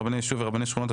רבני יישוב ורבני שכונות),